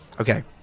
Okay